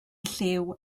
lliw